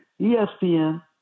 ESPN